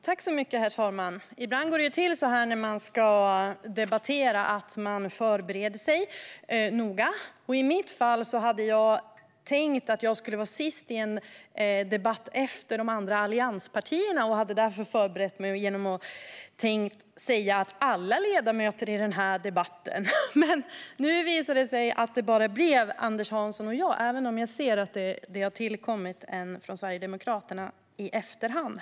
Herr talman! Ibland går det till så när man ska debattera att man förbereder sig noga. I mitt fall hade jag tänkt att jag skulle vara sist i en debatt efter allianspartierna, och jag hade därför förberett mig genom att tala om alla ledamöter i denna debatt. Nu visar det sig att det bara blev Anders Hansson och jag, även om jag ser att Patrick Reslow har tillkommit i efterhand.